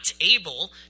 able